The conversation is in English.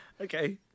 Okay